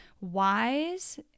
wise